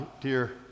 dear